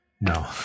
No